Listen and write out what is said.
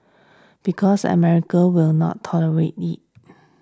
because America will not tolerate it